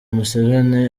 museveni